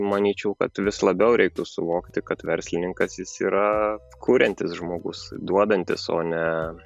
manyčiau kad vis labiau reiktų suvokti kad verslininkas jis yra kuriantis žmogus duodantis o ne